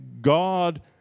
God